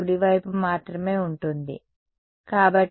విద్యార్థి డైవర్జెన్స్